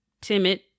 timid